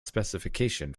specification